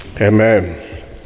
Amen